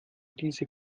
diese